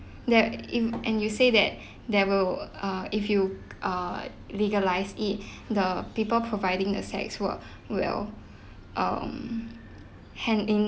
that if and you said that they will uh if you uh legalise it the people providing the sex work will um hanging